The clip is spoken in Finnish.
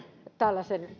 tällaisen